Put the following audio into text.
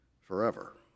forever